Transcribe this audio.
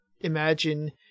imagine